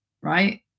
right